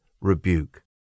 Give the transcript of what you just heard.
rebuke